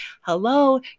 Hello